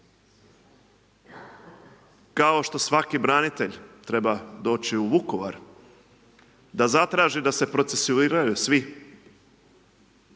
Kao što svaki branitelj treba doći u Vukovar da zatraži da se procesuiraju svi